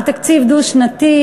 על תקציב דו-שנתי,